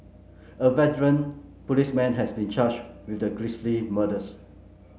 a veteran policeman has been charged with the grisly murders